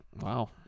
Wow